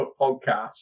podcast